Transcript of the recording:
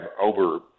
over